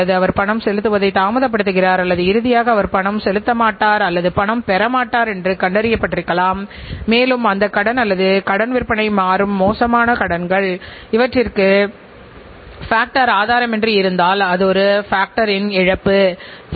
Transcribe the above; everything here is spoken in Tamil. அவை மிகவும் தரப்படுத்தப்படவில்லை அவை சில நேரங்களில் குறைவாக தரப்படுத்தப்பட்டதாகவோ இருக்கலாம் அல்லது மக்கள் அவற்றை பெரிதாக எடுத்துக் கொள்ளாததாலோ சில சிக்கல்கள் வந்துள்ளன